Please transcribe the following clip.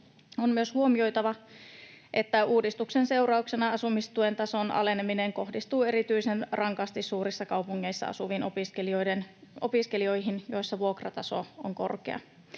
On myös huomioitava, että uudistuksen seurauksena asumistuen tason aleneminen kohdistuu erityisen rankasti opiskelijoihin, jotka asuvat suurissa kaupungeissa, joissa vuokrataso on korkea.